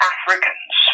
Africans